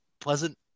pleasant